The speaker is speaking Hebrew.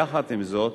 יחד עם זאת,